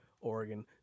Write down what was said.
Oregon